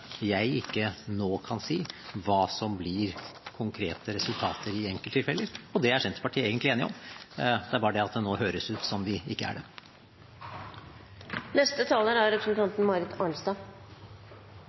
jeg nå ikke kan si hva som blir det konkrete resultatet i enkelttilfeller. Det er Senterpartiet egentlig enig i, det er bare det at det nå høres ut som de ikke er